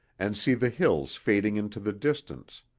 and see the hills fading into the distance,